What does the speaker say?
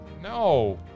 No